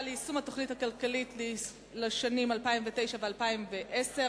ליישום התוכנית הכלכלית לשנים 2009 ו-2010),